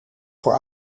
voor